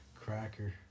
Cracker